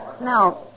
Now